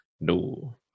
No